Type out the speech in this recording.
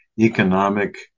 economic